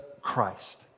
Christ